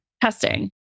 testing